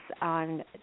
on